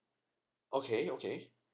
okay okay